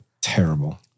terrible